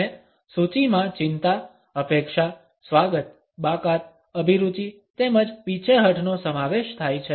અને સૂચિમાં ચિંતા અપેક્ષા સ્વાગત બાકાત અભિરુચિ તેમજ પીછેહઠનો સમાવેશ થાય છે